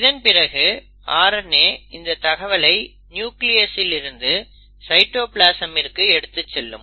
இதன்பிறகு RNA இந்த தகவலை நியூக்ளியஸ் இல் இருந்து சைட்டோபிளாசமிற்கு எடுத்துச்செல்லும்